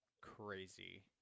crazy